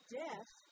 death